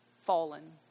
Fallen